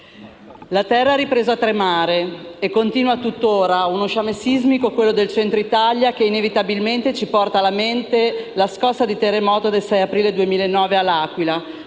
la terra ha ripreso a tremare e continua tutt'ora uno sciame sismico, quello del Centro Italia, che inevitabilmente ci porta alla mente la scossa di terremoto del 6 aprile 2009 che a L'Aquila